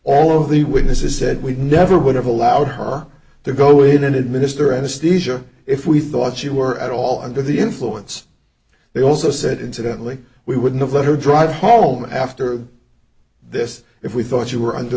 all of the witnesses said we never would have allowed her to go in and administer anesthesia if we thought she were at all under the influence they also said incidentally we would not let her drive home after this if we thought you were under